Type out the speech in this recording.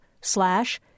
slash